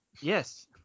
Yes